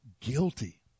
guilty